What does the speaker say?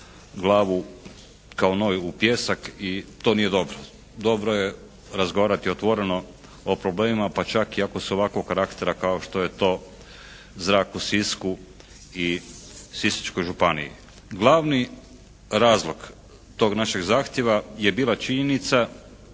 glavu kao noj u pijesak i to nije dobro. Dobro je razgovarati otvoreno o problemima, pa čak ako su i ovakvog karaktera kao što je to zrak u Sisku i Sisačkoj županiji. Glavni razlog tog našeg zahtjeva je bila činjenica